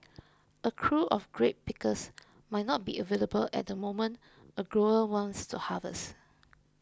a crew of grape pickers might not be available at the moment a grower wants to harvest